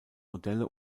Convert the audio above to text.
modelle